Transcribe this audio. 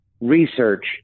research